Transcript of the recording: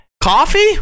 Coffee